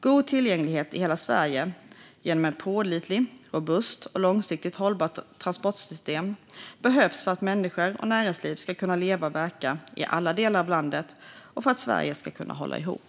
God tillgänglighet i hela Sverige, genom ett pålitligt, robust och långsiktigt hållbart transportsystem, behövs för att människor och näringsliv ska kunna leva och verka i alla delar av landet och för att Sverige ska kunna hålla ihop.